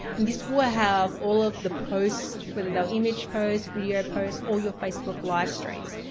and this will have all of the posts, whether they're image posts, video posts, or your facebook livestreams.